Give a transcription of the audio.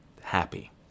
happy